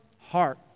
heart